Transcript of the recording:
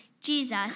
Jesus